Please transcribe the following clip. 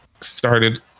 started